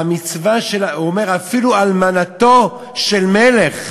אפילו אלמנתו של מלך,